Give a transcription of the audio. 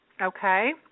Okay